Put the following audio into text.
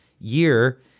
year